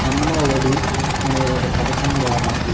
అమ్మ ఒడి అనే ఒక పథకం ద్వారా